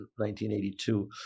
1982